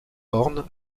ornent